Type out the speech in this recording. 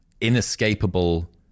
inescapable